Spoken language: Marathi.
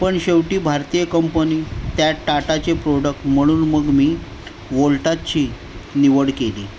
पण शेवटी भारतीय कंपनी त्यात टाटाचे प्रोडक्ट म्हणून मग मी वोल्टासची निवड केली